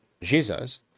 Jesus